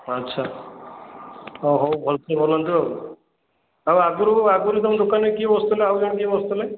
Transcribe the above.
ଆଚ୍ଛା ହଉ ଭଲସେ ବନାନ୍ତୁ ଆଉ ଆଉ ଆଗୁରୁ ଆଗୁରୁ ତମ ଦୋକାନରେ କିଏ ବସୁଥିଲା ଆଉ ଜଣେ କିଏ ବସୁଥିଲେ